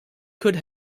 could